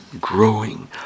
growing